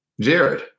Jared